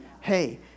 Hey